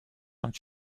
sont